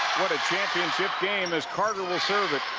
what a championship game as carter will serve it